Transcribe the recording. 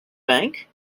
bank